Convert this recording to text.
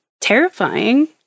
Terrifying